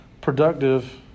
productive